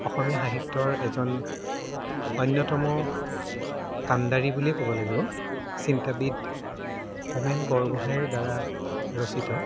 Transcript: অসমীয়া সাহিত্যৰ এজন অন্যতম কাণ্ডাৰী বুলিয়েই ক'ব লাগিব চিন্তাবিদ হোমেন বৰগোহাঁঞিৰ দ্বাৰা ৰচিত